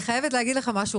אני חייבת להגיד לך משהו,